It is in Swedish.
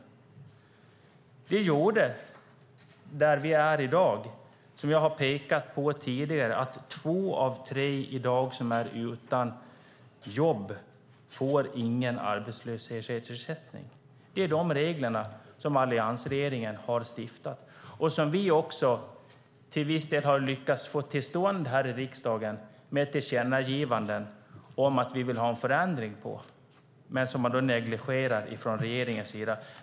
Det gjorde att, vilket jag pekat på tidigare, två av tre som är utan jobb i dag inte får någon arbetslöshetsersättning. Det är de regler som alliansregeringen har stiftat. Vi har till viss del genom ett tillkännagivande här i riksdagen lyckats få till stånd en förändring. Men det negligerar man från regeringens sida.